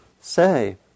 say